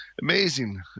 amazing